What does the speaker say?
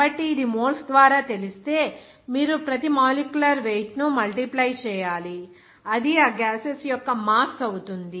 కాబట్టి ఇది మోల్స్ ద్వారా తెలిస్తే మీరు ప్రతి మాలిక్యులర్ వెయిట్ ను మల్టిప్లై చేయాలి అది ఆ గ్యాసెస్ యొక్క మాస్ అవుతుంది